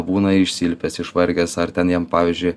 būna išsilpęs išvargęs ar ten jam pavyzdžiui